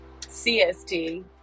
CST